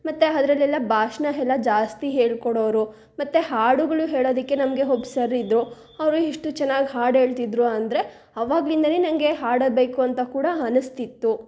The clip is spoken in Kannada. ಮತ್ತು ಅದ್ರಲ್ಲೆಲ್ಲಾ ಭಾಷ್ಣ ಎಲ್ಲ ಜಾಸ್ತಿ ಹೇಳಿಕೊಡೋರು ಮತ್ತು ಹಾಡುಗಳು ಹೇಳೋದಕ್ಕೆ ನಮಗೆ ಒಬ್ಬ ಸರ್ ಇದ್ದರು ಅವರು ಎಷ್ಟು ಚೆನ್ನಾಗಿ ಹಾಡು ಹೇಳ್ತಿದ್ರು ಅಂದರೆ ಅವಾಗ್ಲಿಂದ ನನಗೆ ಹಾಡಬೇಕು ಅಂತ ಕೂಡ ಅನಿಸ್ತಿತ್ತು